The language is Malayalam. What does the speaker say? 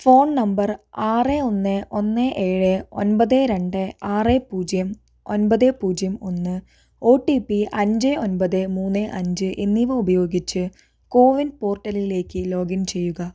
ഫോൺ നമ്പർ ആറ് ഒന്ന് ഒന്ന് ഏഴ് ഒൻപത് രണ്ട് ആറ് പൂജ്യം ഒൻപത് പൂജ്യം ഒന്ന് ഒടിപി അഞ്ച് ഒൻപത് മൂന്ന് അഞ്ച് എന്നിവ ഉപയോഗിച്ച് കോവിൻ പോർട്ടലിലേക്ക് ലോഗിൻ ചെയ്യുക